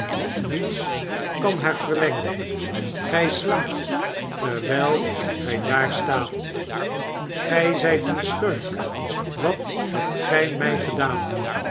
niets kan haar verlengen gij slaapt terwijl gij daar staat gij zijt een schurk wat hebt gij mij gedaan